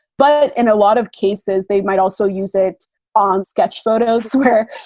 but in a lot of cases, they might also use it on sketch photos elsewhere.